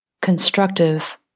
constructive